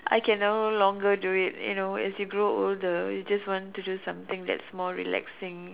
I can now no longer do it you know as you grow older you just want to do something that's more relaxing